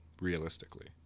realistically